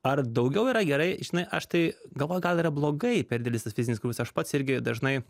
ar daugiau yra gerai žinai aš tai galvoju gal yra blogai per didelis tas fizinis krūvis aš pats gi dažnai